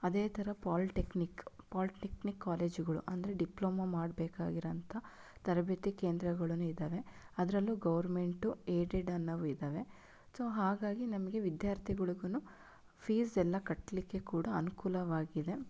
ಅದೇ ಥರ polytechnic polytechnic ಕಾಲೇಜುಗಳು ಅಂದರೆ ಡಿಪ್ಲೊಮಾ ಮಾಡ್ಬೇಕಾಗಿರೋಂಥ ತರಬೇತಿ ಕೇಂದ್ರಗಳೂನು ಇದ್ದಾವೆ ಅದರಲ್ಲೂ ಗೌರ್ಮೆಂಟ್ ಏಡೆಡ್ ಅನ್ನೋವು ಇದ್ದಾವೆ ಸೊ ಹಾಗಾಗಿ ನಮಗೆ ವಿದ್ಯಾರ್ಥಿಗಳಿಗೂನು ಫೀಸ್ ಎಲ್ಲ ಕಟ್ಟಲಿಕ್ಕೆ ಕೂಡ ಅನುಕೂಲವಾಗಿದೆ